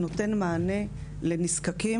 נותן מענה לנזקקים,